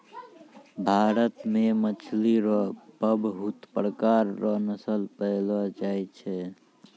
भारत मे मछली रो पबहुत प्रकार रो नस्ल पैयलो जाय छै